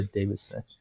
Davidson